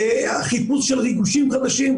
החיפוש של ריגושים חדשים,